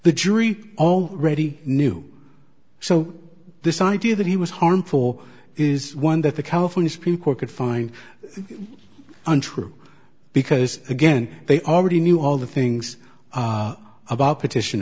the jury already knew so this idea that he was harm four is one that the california supreme court could find untrue because again they already knew all the things about